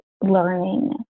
learning